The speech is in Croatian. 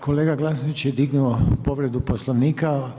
Kolega Glasnović je dignuo povredu Poslovnika.